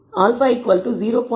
எனவே α 0